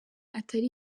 atari